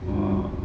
!wah!